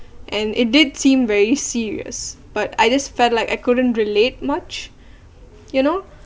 and it did seem very serious but I just felt like I couldn't relate much you know